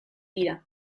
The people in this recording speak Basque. dira